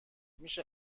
میشه